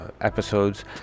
episodes